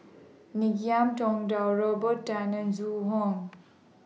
Ngiam Tong Dow Robert Tan and Zhu Hong